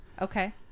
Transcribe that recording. Okay